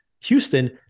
Houston